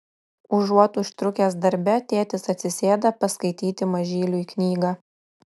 užuot užtrukęs darbe tėtis atsisėda paskaityti mažyliui knygą